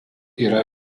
yra